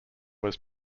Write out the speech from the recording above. was